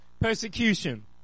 persecution